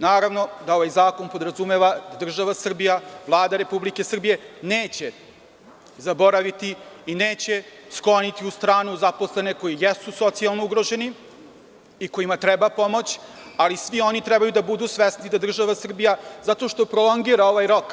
Naravno da ovaj zakon podrazumeva da država Srbija, Vlada Republike Srbije neće zaboraviti i neće skloniti u stranu zaposlene koji jesu socijalno ugroženi i kojima treba pomoć, ali svi oni treba da budu svesni da država Srbija, zato što prolongira ovaj rok,